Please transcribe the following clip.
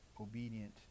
obedient